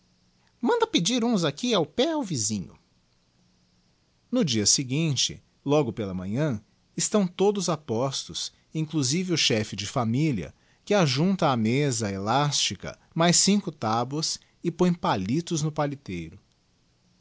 manda pedir uns aqui ao pé ao visinho no dia seguinte logo pela manhã estão todos a postos inclusive o chefe de familia que ajunta á mesa elástica mais cinco taboas e põe palitos no paliteiro